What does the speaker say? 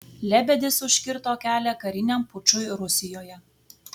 lebedis užkirto kelią kariniam pučui rusijoje